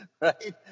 right